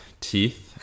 teeth